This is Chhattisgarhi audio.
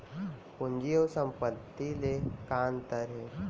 पूंजी अऊ संपत्ति ले का अंतर हे?